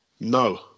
No